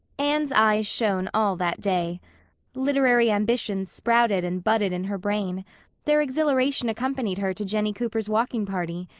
anne's eyes shone all that day literary ambitions sprouted and budded in her brain their exhilaration accompanied her to jennie cooper's walking party,